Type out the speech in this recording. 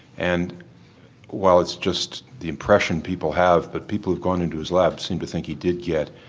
and while it's just the impression people have but people who've gone into his lab seem to think he did get